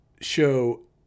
show